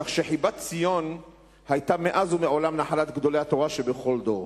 כך שחיבת-ציון היתה מאז ומעולם נחלת גדולי התורה של כל דור.